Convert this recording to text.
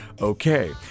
okay